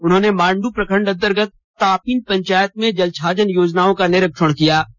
उन्होंने मांडू प्रखंड अंतर्गत तापीन पंचायत में जल छाजन योजनाओं का निरीक्षण किया किया